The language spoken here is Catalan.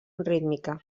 rítmica